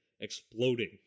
exploding